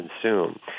consume